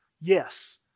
yes